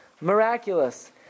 miraculous